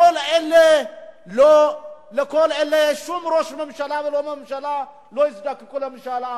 לכל אלה שום ראש ממשלה ולא ממשלה לא הזדקקו למשאל עם.